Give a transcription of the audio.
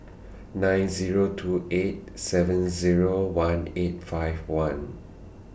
nine Zero two eight seven Zero one eight five one